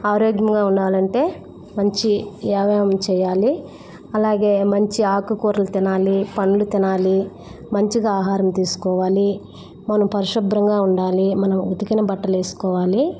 ఆరోగ్యంగా ఉండాలంటే మంచి వ్యాయామం చేయాలి అలాగే మంచి ఆకుకూరలు తినాలి పండ్లు తినాలి మంచిగా ఆహారం తీసుకోవాలి మనం పరిశుభ్రంగా ఉండాలి మనం ఉతికిన బట్టలేసుకోవాలి